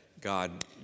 God